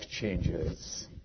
changes